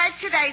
today